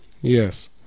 Yes